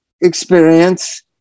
experience